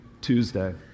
Tuesday